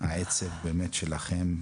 ולעצב שלכם.